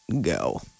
go